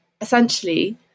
essentially